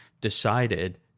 decided